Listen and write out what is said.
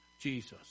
Jesus